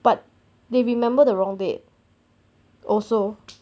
but they remember the wrong date also